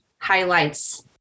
highlights